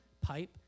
pipe